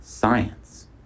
Science